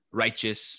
righteous